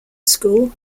school